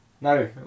No